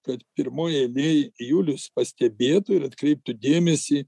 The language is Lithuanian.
kad pirmoj eilėj julius pastebėtų ir atkreiptų dėmesį